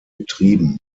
betrieben